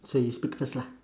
so you speak first lah